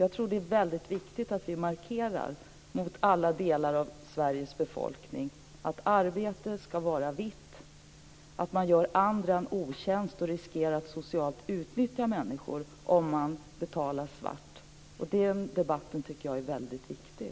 Jag tror att det är väldigt viktigt att vi markerar för alla delar av Sveriges befolkning att arbete skall vara vitt, att man gör andra en otjänst och riskerar att socialt utnyttja människor om man betalar svart. Den debatten tycker jag är väldigt viktig.